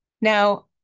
Now